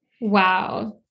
Wow